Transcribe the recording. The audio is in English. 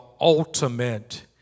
ultimate